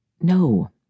No